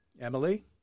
Emily